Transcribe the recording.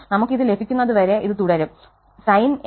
നമുക്ക് ഇത് ലഭിക്കുന്നതുവരെ ഇത് തുടരും sin n𝝥xland cos n𝝥xl